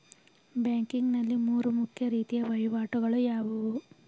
Banking ನಲ್ಲಿ ಮೂರು ಮುಖ್ಯ ರೀತಿಯ ವಹಿವಾಟುಗಳು ಯಾವುವು?